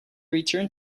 return